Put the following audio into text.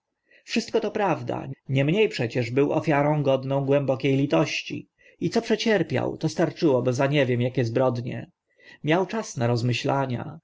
wszystko to prawda niemnie przecież był ofiarą godną głębokie litości i co przecierpiał to starczyłoby za nie wiem akie zbrodnie miał czas na rozmyślania